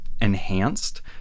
enhanced